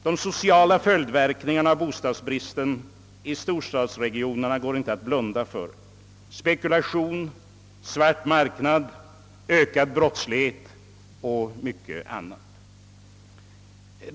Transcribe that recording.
De sociala följdverkningarna av bostadsbristen i storstadsregionerna går det inte att blunda för — spekulation, svart marknad, ökad brottslighet och mycket annat.